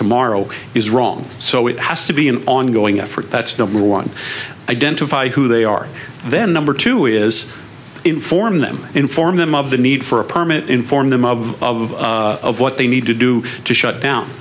tomorrow is wrong so it has to be an ongoing effort that's number one identify who they are then number two is inform them inform them of the need for a permit inform them of what they need to do to shut down